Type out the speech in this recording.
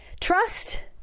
Trust